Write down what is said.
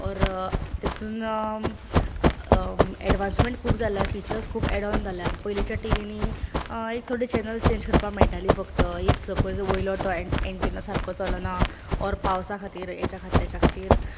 or तेतूंत advancement खूब जाल्या फिचर्स ऐडऑन जाल्ले आसात पयलींच्या टिवींनी एक थोेडे चेनल्स चेन्ज करपाक मेळटाली फक्त इफ सपोज वयलो तो एन एन्टीना सारको चलना ऑर पावसा खातीर हेच्या खातीर तेच्या खातीर